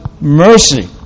mercy